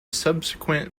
subsequent